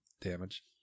damage